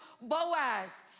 Boaz